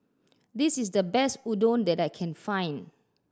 this is the best Udon that I can find